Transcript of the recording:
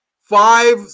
five